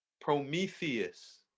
Prometheus